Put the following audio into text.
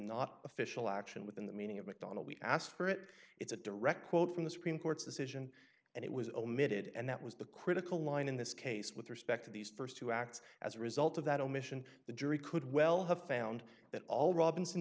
not official action within the meaning of mcdonald we asked for it it's a direct quote from the supreme court's decision and it was omitted and that was the critical line in this case with respect to these st two acts as a result of that omission the jury could well have found that all robinson